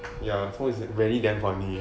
ya so is very damn funny